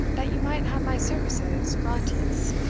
that you might have my services gratis.